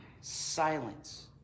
silence